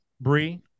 Bree